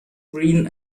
green